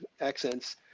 accents